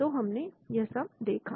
तो हमने यह सब देखा